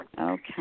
Okay